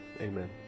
Amen